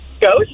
Ghost